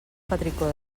petricó